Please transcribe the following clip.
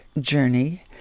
journey